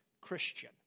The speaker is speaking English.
Christian